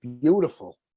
beautiful